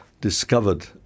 discovered